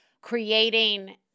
creating